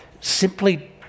simply